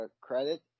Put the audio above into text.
credit